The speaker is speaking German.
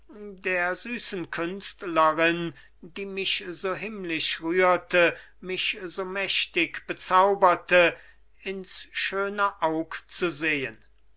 der süßen künstlerin die mich so himmlisch rührte mich so mächtig bezauberte ins schöne aug zu sehen